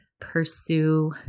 pursue